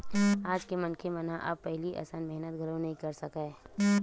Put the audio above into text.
आज के मनखे मन ह अब पहिली असन मेहनत घलो नइ कर सकय